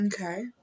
Okay